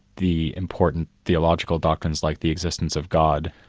the important theological doctrines like the existence of god,